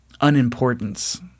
unimportance